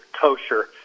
kosher